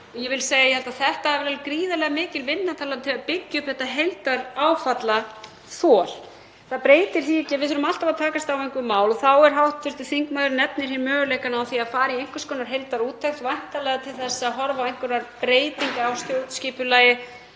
Ég held að þetta hafi verið gríðarlega mikilvæg vinna til að byggja upp þetta heildaráfallaþol. Það breytir því ekki að við þurfum alltaf að takast á við einhver mál. Hv. þingmaður nefnir hér möguleikann á því að fara í einhvers konar heildarúttekt, væntanlega til að horfa á einhverjar breytingar á stjórnskipulagi.